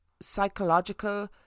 psychological